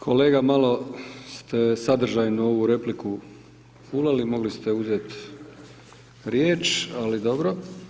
Kolega, malo ste sadržajno ovu repliku fulali, mogli ste uzeti riječ ali dobro.